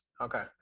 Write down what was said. Okay